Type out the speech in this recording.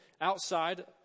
outside